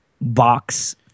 box